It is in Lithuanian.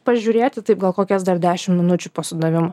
pažiūrėti taip gal kokias dar dešim minučių po sudavimo